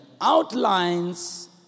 outlines